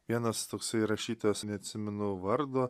vienas toksai rašytojas neatsimenu vardo